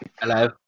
Hello